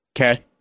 Okay